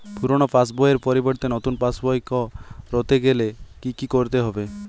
পুরানো পাশবইয়ের পরিবর্তে নতুন পাশবই ক রতে গেলে কি কি করতে হবে?